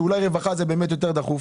שאולי רווחה זה באמת יותר דחוף?